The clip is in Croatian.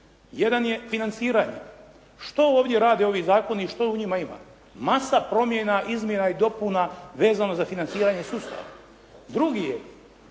Jedan je financiranje. Što ovdje radi ovi zakoni i što u njima ima? Masa promjena izmjena i dopuna vezano za financiranje sustava. Drugi je